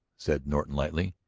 said norton lightly.